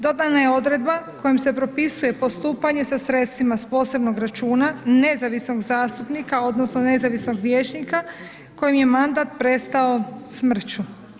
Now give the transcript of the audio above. Dodana je odredba kojom se propisuje postupanje sa sredstvima sa posebnog računa nezavisnog zastupnika odnosno nezavisnog vijećnika, kojem je mandat prestao smrću.